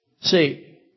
see